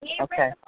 okay